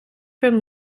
from